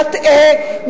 מטעה,